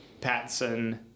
Patson